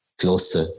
closer